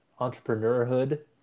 entrepreneurhood